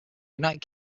united